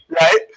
right